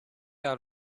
out